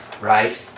right